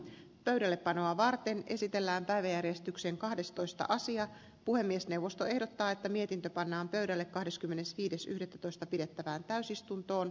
pöydällepanoa varten esitellään päiväjärjestyksen kahdestoista asiat puhemiesneuvosto ehdottaa että mietintö pannaan pöydälle kahdeskymmenesviides yhdettätoista pidettävään täysistuntoon